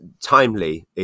timely